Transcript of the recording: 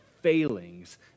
failings